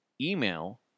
email